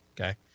Okay